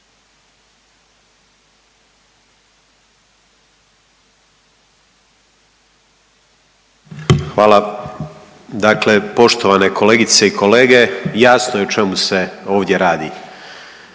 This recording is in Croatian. Hvala. Dakle, poštovane kolegice i kolege, jasno je o čemu se ovdje radi.